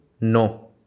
No